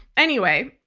anyway,